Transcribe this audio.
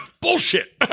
Bullshit